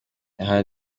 aha